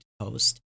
post